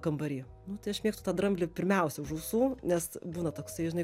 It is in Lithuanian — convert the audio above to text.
kambary nu tai aš mėgstu tą dramblį pirmiausia už ausų nes būna toksai žinai